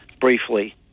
briefly